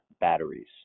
batteries